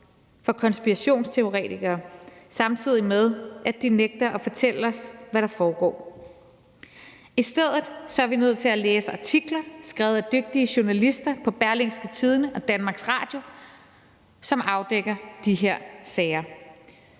for konspirationsteoretikere, samtidig med at de nægter at fortælle os, hvad der foregår. I stedet er vi nødt til at læse artikler skrevet af dygtige journalister på Berlingske og DR, som afdækker de her sager.